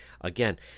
Again